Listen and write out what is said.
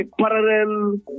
parallel